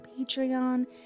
Patreon